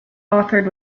authored